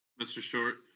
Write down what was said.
mr. short.